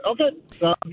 Okay